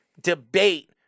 debate